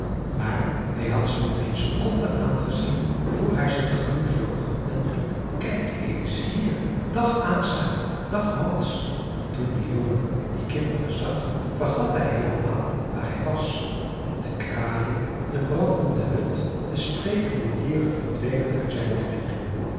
maar hij had ze nog geen seconde aangezien voor hij ze tegemoet vloog en riep kijk eens hier dag asa dag mads want toen de jongen die kinderen zag vergat hij heelemaal waar hij was de kraaien de brandende hut de sprekende dieren verdwenen uit zijn herinnering